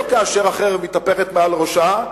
לא כאשר החרב מתהפכת מעל ראשה.